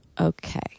okay